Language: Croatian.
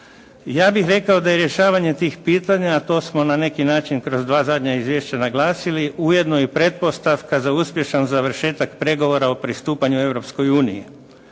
Ja bih rekao da je rješavanje tih pitanja, a to smo na neki način kroz dva zadnja izvješća naglasili ujedno i pretpostavka za uspješan završetak pregovora o pristupanju Europskoj uniji.